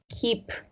keep